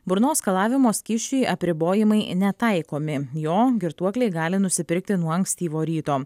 burnos skalavimo skysčiui apribojimai netaikomi jo girtuokliai gali nusipirkti nuo ankstyvo ryto